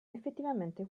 effettivamente